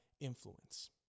influence